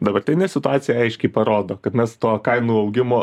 dabartinė situacija aiškiai parodo kad mes to kainų augimo